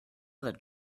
that